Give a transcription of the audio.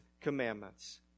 commandments